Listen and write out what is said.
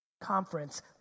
conference